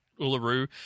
Uluru